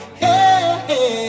hey